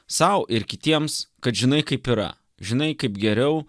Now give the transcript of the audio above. sau ir kitiems kad žinai kaip yra žinai kaip geriau